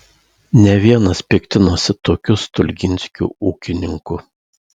ne vienas piktinosi tokiu stulginskiu ūkininku